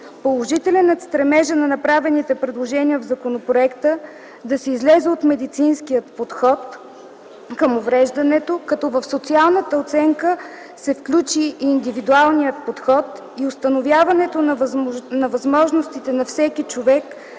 Положителен е стремежът на направените предложения в законопроекта - да се излезе от медицинския подход към увреждането, като в социалната оценка се включи и индивидуалният подход и установяването на възможностите на всеки човек